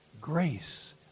Grace